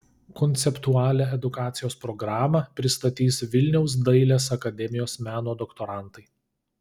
konceptualią edukacijos programą pristatys vilniaus dailės akademijos meno doktorantai